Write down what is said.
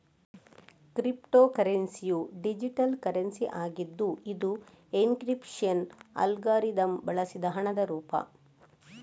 crypto ಕರೆನ್ಸಿಯು digital currency ಆಗಿದ್ದು ಇದು ಎನ್ಕ್ರಿಪ್ಶನ್ ಅಲ್ಗಾರಿದಮ್ ಬಳಸಿದ ಹಣದ ರೂಪ